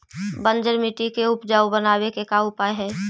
बंजर मट्टी के उपजाऊ बनाबे के का उपाय है?